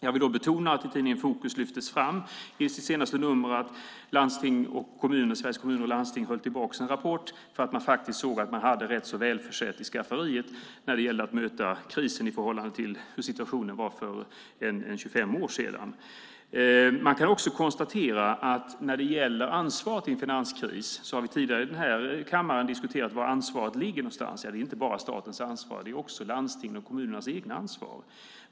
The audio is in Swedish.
Jag vill betona att tidskriften Fokus i sitt senaste nummer lyfte fram att Sveriges Kommuner och Landsting höll tillbaka en rapport för att man såg att man hade rätt välförsett i skafferiet när det gällde att möta krisen i förhållande till hur situationen var för ca 25 år sedan. När det gäller ansvaret i en finanskris har vi tidigare i kammaren diskuterat var ansvaret ligger. Det är inte bara statens ansvar utan även landstingens och kommunernas.